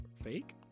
Fake